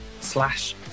slash